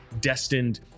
destined